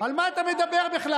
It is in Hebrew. על מה אתה מדבר בכלל?